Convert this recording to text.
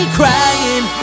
crying